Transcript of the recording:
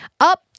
up